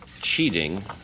Cheating